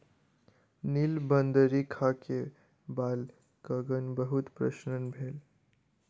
नीलबदरी खा के बालकगण बहुत प्रसन्न भेल